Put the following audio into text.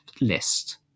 list